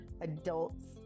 adults